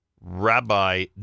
Rabbi